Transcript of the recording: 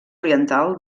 oriental